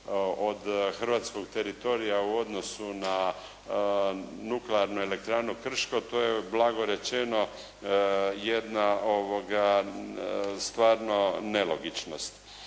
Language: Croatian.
od hrvatskog teritorija u odnosu na nuklearnu elektranu "Krško" to je blago rečeno jedna stvarno nelogičnost.